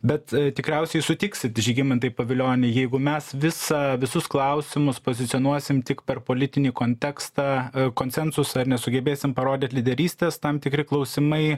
bet tikriausiai sutiksit žygimantai pavilioni jeigu mes visą visus klausimus pozicionuosim tik per politinį kontekstą konsensusą ir nesugebėsim parodyt lyderystės tam tikri klausimai